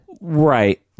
Right